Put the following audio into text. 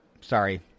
Sorry